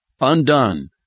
undone